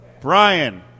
Brian